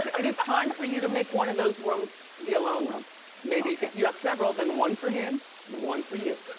it is time for you to make one of those rooms the alone room maybe, if you have several, then one for him and one for you.